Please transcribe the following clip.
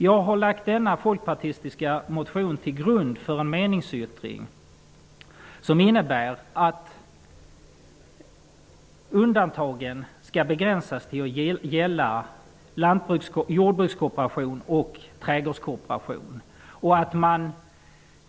Jag har lagt denna folkpartistiska motion till grund för en meningsyttring som innebär att undantagen skall begränsas till att gälla jordbrukskooperationen och trädgårdskooperationen.